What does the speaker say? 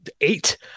eight